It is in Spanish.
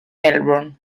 melbourne